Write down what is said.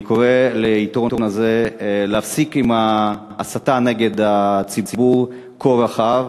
אני קורא לעיתון הזה להפסיק עם ההסתה נגד ציבור כה רחב.